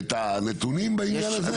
את הנתונים בעניין הזה.